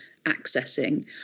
accessing